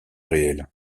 réel